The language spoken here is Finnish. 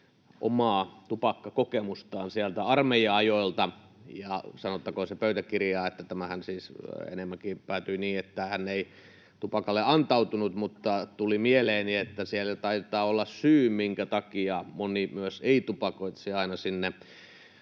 omaa tupakkakokemustaan sieltä armeija-ajoilta — sanottakoon se pöytäkirjaan, että tämähän siis enemmänkin päättyi niin, että hän ei tupakalle antautunut — niin tuli mieleeni, että siellä taitaa olla syy, minkä takia myös moni ei-tupakoitsija aina sinne